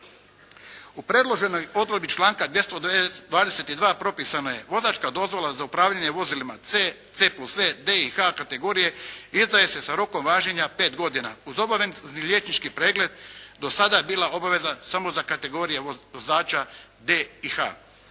U predloženoj odredbi članka 222. propisano je. Vozačka dozvola za upravljanje vozilima C, C plus E, D i H kategorije izdaje se sa rokom važenja pet godina. Uz obavezni liječnički pregled do sada je bila samo obaveza za kategorije vozača D i H.